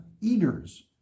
eaters